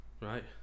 Right